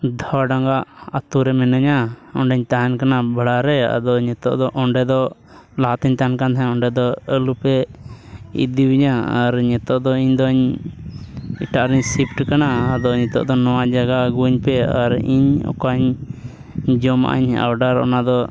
ᱫᱷᱚ ᱰᱟᱸᱜᱟ ᱟᱛᱳ ᱨᱮ ᱢᱤᱱᱟᱹᱧ ᱚᱸᱰᱮᱧ ᱛᱟᱦᱮᱱ ᱠᱟᱱᱟ ᱵᱷᱟᱲᱟ ᱨᱮ ᱟᱫᱚ ᱱᱤᱛᱚᱜ ᱫᱚ ᱚᱸᱰᱮ ᱫᱚ ᱞᱟᱦᱟ ᱛᱮᱧ ᱛᱟᱦᱮᱱ ᱠᱟᱱ ᱛᱟᱦᱮᱱ ᱚᱸᱰᱮ ᱫᱚ ᱟᱞᱚ ᱯᱮ ᱤᱫᱤᱣᱟᱹᱧᱟ ᱟᱨ ᱱᱤᱛᱚᱜ ᱫᱚ ᱤᱧ ᱫᱚᱧ ᱮᱴᱟᱜ ᱨᱮᱧ ᱥᱤᱯᱷᱴ ᱠᱟᱱᱟ ᱟᱫᱚ ᱱᱤᱛᱚᱜ ᱫᱚ ᱱᱚᱣᱟ ᱡᱟᱭᱜᱟ ᱟᱹᱜᱩ ᱟᱹᱧ ᱯᱮ ᱟᱨ ᱤᱧ ᱚᱠᱟᱧ ᱡᱚᱢᱟᱜ ᱤᱧ ᱚᱰᱟᱨ ᱚᱱᱟ ᱫᱚ